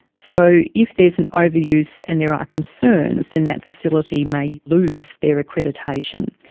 so if there is an overuse and there are concerns, then that facility may lose their accreditation.